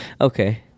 Okay